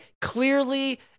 clearly